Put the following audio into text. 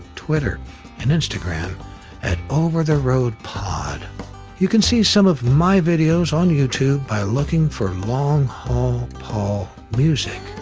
twitter and instagram at overtheroadpod. you can see some of my videos on youtube by looking for long haul paul music.